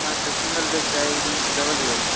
हँ तऽ single bed room चाही कि डबल बेड